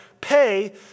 pay